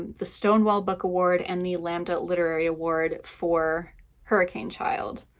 the stonewall book award and the lambda literary award for hurricane child,